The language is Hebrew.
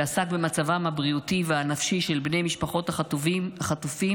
שעסק במצבם הבריאותי והנפשי של בני משפחות החטופים,